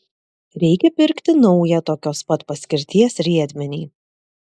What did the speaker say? reikia pirkti naują tokios pat paskirties riedmenį